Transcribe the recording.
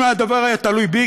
אם הדבר היה תלוי בי,